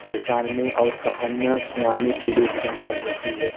پہچاننے اور کہانیاں سنانے کے لیے استعمال ہوتی ہے